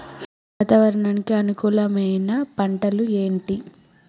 వాతావరణానికి అనుకూలమైన పంటలు ఏంటి?